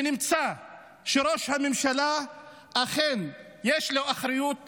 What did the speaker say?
ונמצא שלראש הממשלה אכן יש אחריות אישית.